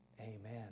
Amen